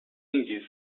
indies